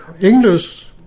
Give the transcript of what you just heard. English